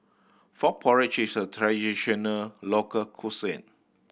frog porridge is a traditional local cuisine